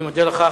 אני מודה לך.